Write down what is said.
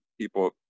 people